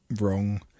wrong